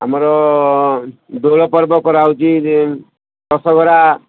ଆମର ଦୋଳ ପର୍ବ କରାହେଉଛି ଯେ ଦଶହରା